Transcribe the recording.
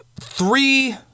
three